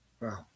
Wow